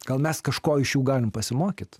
gal mes kažko iš jų galim pasimokyt